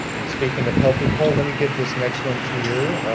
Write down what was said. and speaking of healthy, paul, let me give this next one to you.